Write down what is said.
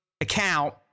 account